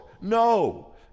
no